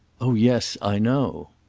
oh yes i know.